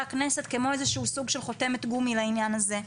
הכנסת כמו איזה סוג של חותמת גומי לעניין הזה.